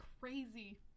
crazy